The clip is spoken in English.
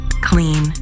clean